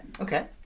Okay